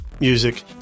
music